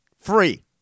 Free